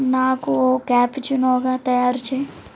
నాకు ఓ క్యాపుచినోగా తయారుచెయ్యి